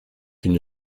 une